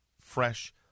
fresh